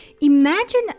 Imagine